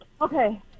Okay